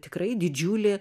tikrai didžiulį